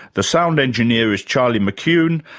the sound engineer is charlie mccune,